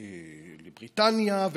לבריטניה,